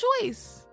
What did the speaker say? choice